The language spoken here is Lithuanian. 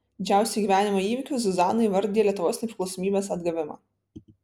didžiausiu gyvenimo įvykiu zuzana įvardija lietuvos nepriklausomybės atgavimą